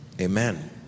Amen